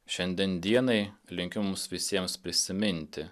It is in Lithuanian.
šiandien dienai linkiu mums visiems prisiminti